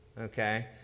okay